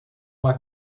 uma